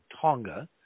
Tonga